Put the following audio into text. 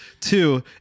Two